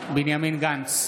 בנימין גנץ,